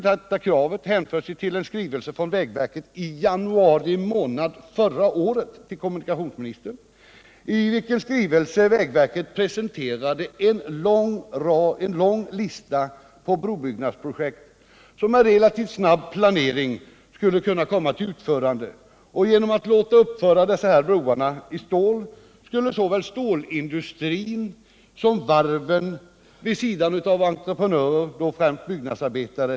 Detta krav hänför sig till en skrivelse från vägverket i januari månad förra året till kommunikationsministern, i vilken skrivelse vägverket presenterade en lång lista på brobyggnadsprojekt som med relativt snabb planering skulle kunna komma till utförande. Genom att låta uppföra dessa broar i stål skulle man bereda sysselsättning för såväl stålindustrin som varven vid sidan av entreprenadpersonal, då främst byggnadsarbetare.